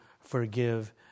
forgive